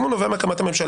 אם הוא נובע מהקמת הממשלה,